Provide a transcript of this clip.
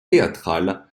théâtral